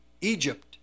Egypt